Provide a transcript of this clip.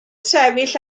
sefyll